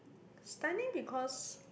stunning because